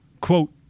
Quote